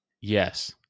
yes